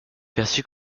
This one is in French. perçu